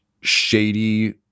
shady